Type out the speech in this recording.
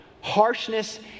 harshness